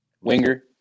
Winger